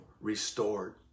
Restored